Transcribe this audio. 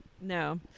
No